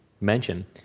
mention